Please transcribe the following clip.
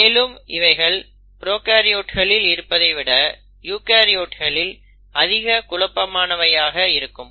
மேலும் இவைகள் ப்ரோகாரியோட்களில் இருப்பதை விட யூகரியோட்ஸ்களில் அதிக குழப்பமானவையாக இருக்கும்